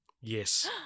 Yes